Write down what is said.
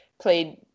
played